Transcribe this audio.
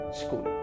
school